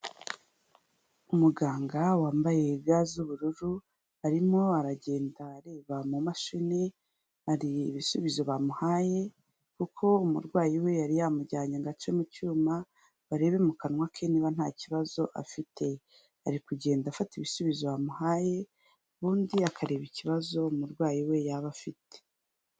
Umuganga wambaye ga z'ubururu arimo aragenda arebaba mu mumashini, hari ibisubizo bamuhaye kuko umurwayi we yari yamujyanye ngo ace mu cyuma barebe mu kanwa ke niba nta kibazo afite, ari kugenda afata ibisubizo bamuhaye ubundi akareba ikibazo umurwayi we yaba afite.